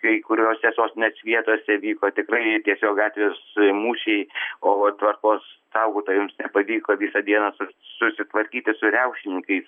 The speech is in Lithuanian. kai kuriose sostinės vietose vyko tikrai tiesiog gatvės mūšiai o tvarkos saugotojams nepavyko visą dieną su susitvarkyti su riaušininkais